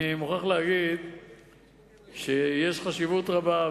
אני מוכרח להגיד שיש חשיבות רבה,